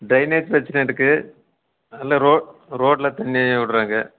drainage பிரச்சனை இருக்கு அந்த ரோ ரோட்டில் தண்ணி விட்றாங்க